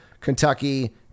Kentucky